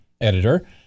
editor